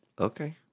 okay